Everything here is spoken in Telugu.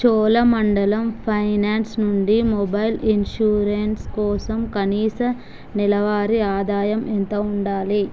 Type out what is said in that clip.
చోళమండలం ఫైనాన్స్ నుండి మొబైల్ ఇన్షూరెన్స్ కోసం కనీస నెలవారి ఆదాయం ఎంత ఉండాలి